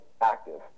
active